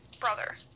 brother